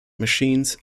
machines